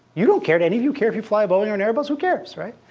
you don't care. do any of you care if you fly a boeing or an airbus? who cares, right?